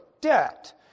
debt